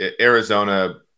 Arizona